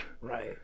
Right